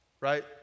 Right